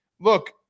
look